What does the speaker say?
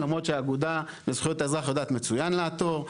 למרות שהאגודה לזכויות האזרח יודעת מצוין לעתור.